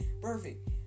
Perfect